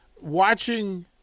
Watching